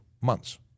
months